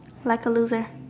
like a loser